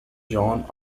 john